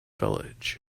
village